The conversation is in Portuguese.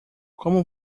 como